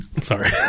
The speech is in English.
Sorry